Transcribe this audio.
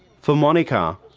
for monica,